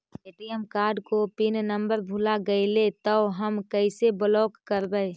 ATM card को pin number भुला गैले तौ हम कैसे ब्लॉक करवै?